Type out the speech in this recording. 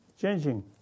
changing